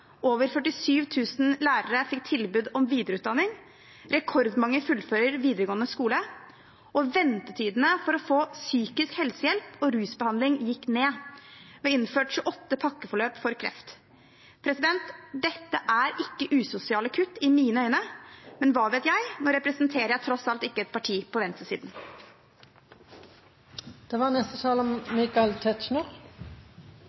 over 47 000 lærere fikk tilbud om videreutdanning, rekordmange fullfører videregående skole, og ventetidene for å få psykisk helsehjelp og rusbehandling gikk ned. Vi innførte 28 pakkeforløp for kreft. Dette er ikke usosiale kutt i mine øyne, men hva vet jeg – nå representerer jeg tross alt ikke et parti på